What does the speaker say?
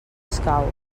escau